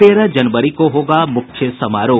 तेरह जनवरी को होगा मुख्य समारोह